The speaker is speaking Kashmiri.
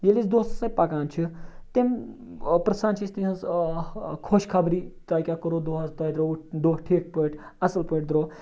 ییٚلہِ أسۍ دوستَن سۭتۍ پَکان چھِ تِم پِرٛژھان چھِ أسۍ تِہِنٛز خۄشخبری تۄہہِ کیٛاہ کوٚروٕ دۄہَس تۄہہِ درٛووٕ دۄہ ٹھیٖک پٲٹھۍ اَصٕل پٲٹھۍ درٛو